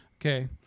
okay